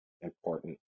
important